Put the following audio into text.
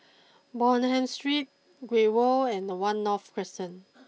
Bonham Street Great World and one North Crescent